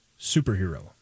Superhero